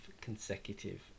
consecutive